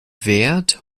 währt